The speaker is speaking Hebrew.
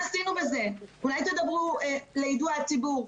אולי תדברו על יידוע הציבור,